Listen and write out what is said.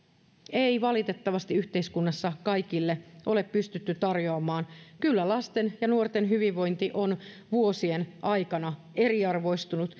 ei valitettavasti yhteiskunnassa kaikille ole pystytty tarjoamaan kyllä lasten ja nuorten hyvinvointi on vuosien aikana eriarvoistunut